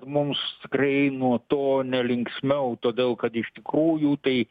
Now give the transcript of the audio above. mums tikrai nuo to ne linksmiau todėl kad iš tikrųjų tai